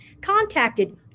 contacted